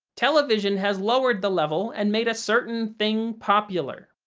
television has lowered the level and made a certain thing popular.